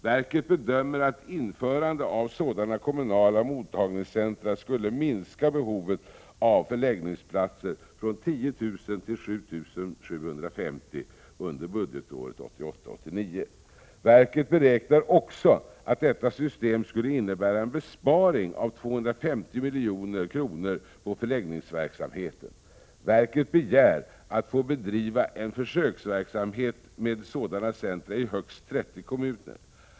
Verket bedömer att införande av sådana kommunala mottagningscentra skulle minska behovet av förläggningsplatser från 10 000 till 7 750 under budgetåret 1988/89. Verket beräknar också att detta system skulle innebära en besparing av 250 milj.kr. på förläggningsverksamheten. Verket begär att få bedriva en försöksverksamhet med sådana centra i högst 30 kommuner.